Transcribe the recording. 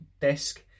desk